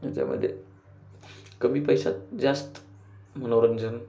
याच्यामध्ये कमी पैशात जास्त मनोरंजन